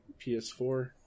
PS4